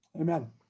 amen